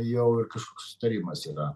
jau ir kažkoks sutarimas yra